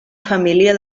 família